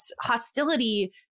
hostility